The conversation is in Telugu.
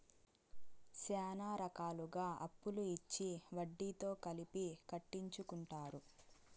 శ్యానా రకాలుగా అప్పులు ఇచ్చి వడ్డీతో కలిపి కట్టించుకుంటారు